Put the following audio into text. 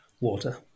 Water